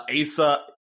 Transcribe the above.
Asa